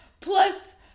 plus